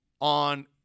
on